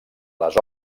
les